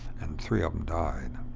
and three of them died.